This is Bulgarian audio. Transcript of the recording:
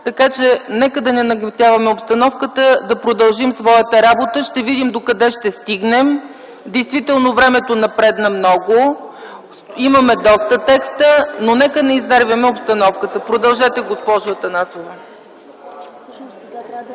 Така че нека да не нагнетяваме обстановката и да продължим своята работа. Ще видим до къде ще стигнем. Действително времето напредна много. Имаме доста текстове, но нека не изнервяме обстановката. ПРЕДСЕДАТЕЛ АНАСТАС